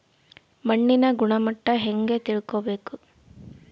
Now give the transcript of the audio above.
ಮಣ್ಣಿನ ಗುಣಮಟ್ಟ ಹೆಂಗೆ ತಿಳ್ಕೊಬೇಕು?